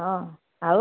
ହଁ ଆଉ